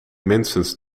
minstens